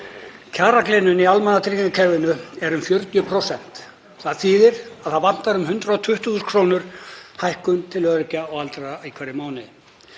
Kjaragliðnun í almannatryggingakerfinu er um 40%. Það þýðir að það vantar um 120.000 kr. hækkun til öryrkja og aldraðra í hverjum mánuði.